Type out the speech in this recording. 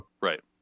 right